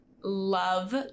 love